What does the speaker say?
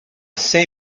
sei